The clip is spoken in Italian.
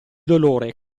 dolore